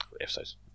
episodes